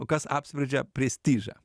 o kas apsprendžia prestižą